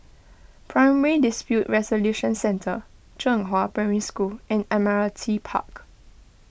Primary Dispute Resolution Centre Zhenghua Primary School and Admiralty Park